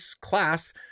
class